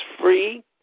free